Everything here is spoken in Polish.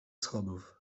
schodów